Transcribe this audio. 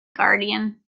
guardian